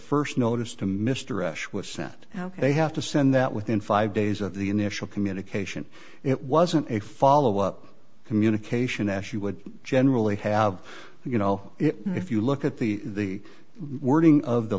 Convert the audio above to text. first notice to mr ash was sent they have to send that within five days of the initial communication it wasn't a follow up communication as you would generally have you know if you look at the wording of the